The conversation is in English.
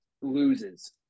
loses